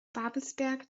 babelsberg